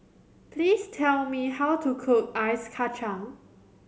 please tell me how to cook Ice Kachang